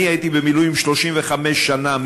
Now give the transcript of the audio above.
אני הייתי במילואים 35 שנה,